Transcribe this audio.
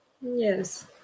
Yes